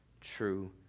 true